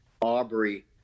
Aubrey